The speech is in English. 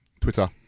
Twitter